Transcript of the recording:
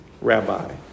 rabbi